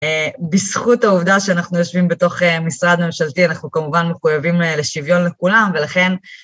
בזכות העובדה שאנחנו יושבים בתוך משרד ממשלתי אנחנו כמובן מחויבים לשוויון לכולם ולכן